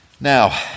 Now